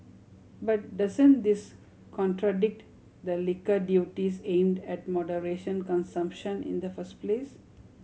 but doesn't this contradict the liquor duties aimed at moderation consumption in the first place